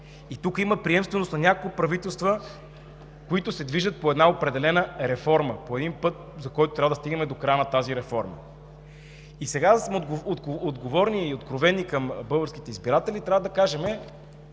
Тук има приемственост на няколко правителства, които се движат по една определена реформа, по един път, с който трябва да стигнем до тази реформа. И сега, за да сме отговорни и откровени към българските избиратели, трябва да кажем